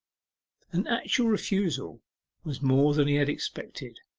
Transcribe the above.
an actual refusal was more than he had expected.